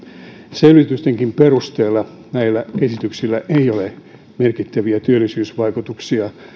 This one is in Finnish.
selvitystenkin perusteella näillä esityksillä ei ole merkittäviä työllisyysvaikutuksia